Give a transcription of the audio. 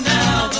now